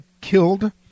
killed